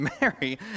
Mary